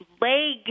leg